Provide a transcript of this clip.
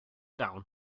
down